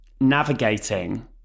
navigating